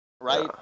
right